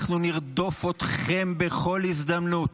אנחנו נרדוף אתכם בכל הזדמנות.